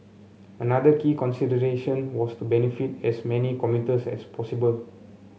another key consideration was to benefit as many commuters as possible